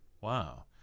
wow